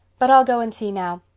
but i'll go and see now.